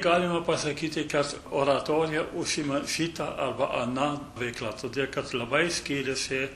galima pasakyti kad oratorija užima šitą arba aną veiklą todėl kad labai skyrėsi